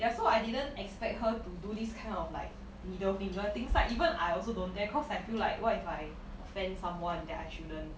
ya so I didn't expect her to do this kind of like middle finger things like even I also don't dare because I feel like what if I offend someone that I shouldn't